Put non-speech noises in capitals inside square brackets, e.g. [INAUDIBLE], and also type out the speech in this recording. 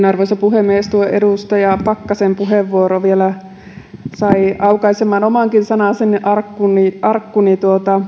[UNINTELLIGIBLE] arvoisa puhemies tuo edustaja pakkasen puheenvuoro sai vielä aukaisemaan omankin sanaisen arkkuni arkkuni